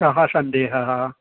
कः सन्देहः